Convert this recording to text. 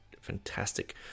fantastic